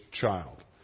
child